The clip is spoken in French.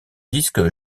disque